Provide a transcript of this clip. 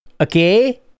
Okay